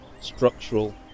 structural